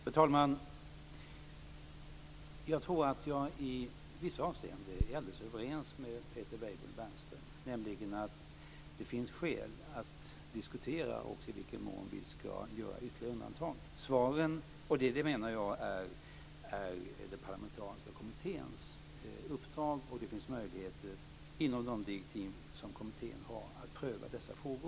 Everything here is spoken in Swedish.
Fru talman! Jag är i vissa avseenden alldeles överens med Peter Weibull Bernström, nämligen att det finns skäl att diskutera i vilken mån det skall finnas ytterligare undantag. Detta är den parlamentariska kommitténs uppdrag. Det finns möjlighet att inom de direktiv kommittén har att pröva dessa frågor.